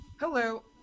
Hello